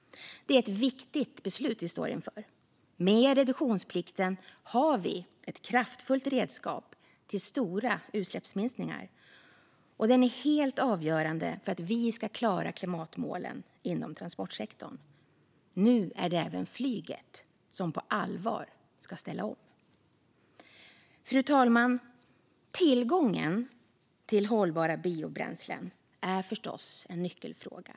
Det är ett viktigt beslut vi står inför. Med reduktionsplikten har vi ett kraftfullt redskap till stora utsläppsminskningar, och den är helt avgörande för att vi ska klara klimatmålen inom transportsektorn. Nu är det även flyget som på allvar ska ställa om. Fru talman! Tillgången till hållbara biobränslen är förstås en nyckelfråga.